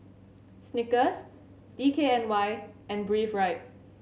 Snickers D K N Y and Breathe Right